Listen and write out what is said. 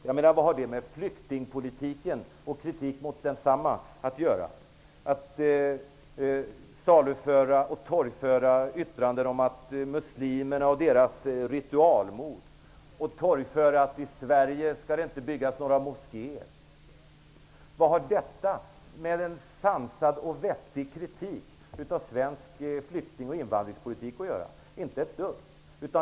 Vad har det med flyktingpolitiken och kritik mot densamma att göra, att torgföra yttranden om muslimerna och deras ritualmord, yttranden om att det i Sverige inte skall byggas några moskéer? Vad har detta att göra med en sansad och vettig kritik av svensk flykting och invandrarpolitik? Inte ett dugg.